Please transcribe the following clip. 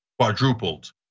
quadrupled